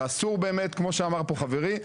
וכמו שאמר פה חברי,